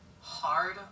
hard